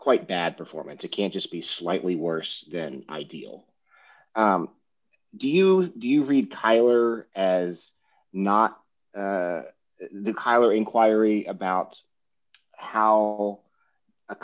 quite bad performance it can't just be slightly worse than ideal do you do you read kyler as not the collar inquiry about how